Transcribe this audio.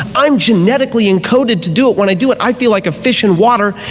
i'm genetically encoded to do it, when i do it i feel like a fish in water,